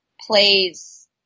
plays